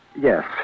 Yes